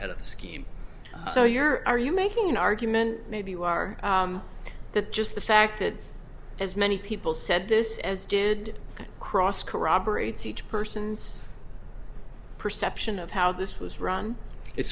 head of the scheme so you're are you making an argument maybe you are that just the fact that as many people said this as did cross corroborates each person's perception of how this was run it